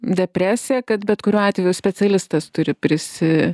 depresija kad bet kuriuo atveju specialistas turi prisi